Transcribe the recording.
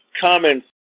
comments